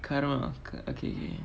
karma oh okay